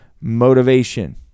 motivation